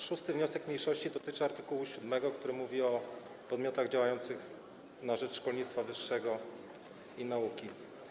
6. wniosek mniejszości dotyczy art. 7, który mówi o podmiotach działających na rzecz szkolnictwa wyższego i nauki.